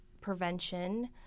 prevention